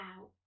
out